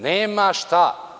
Nema šta.